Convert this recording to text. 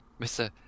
Mr